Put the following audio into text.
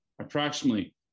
approximately